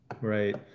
right